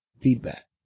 feedback